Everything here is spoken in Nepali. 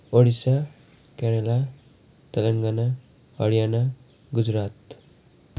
ओडिसा केरेला तेलेङ्गना हरियाणा गुजरात